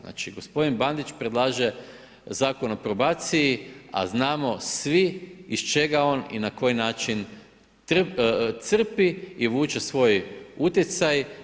Znači gospodin Bandić predlaže Zakon o probaciji a znamo svi iz čega on i na koji način crpi i vuče svoj utjecaj.